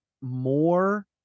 more